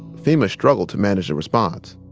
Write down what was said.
fema struggled to manage the response.